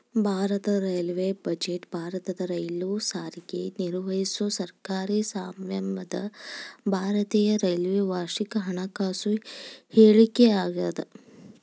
ಭಾರತದ railway budget ಭಾರತದ rail ಸಾರಿಗೆ ನಿರ್ವಹಿಸೊ ಸರ್ಕಾರಿ ಸ್ವಾಮ್ಯದ ಭಾರತೇಯ ರೈಲ್ವೆ ವಾರ್ಷಿಕ ಹಣಕಾಸು ಹೇಳಿಕೆಯಾಗ್ಯಾದ